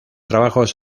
trabajos